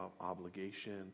obligation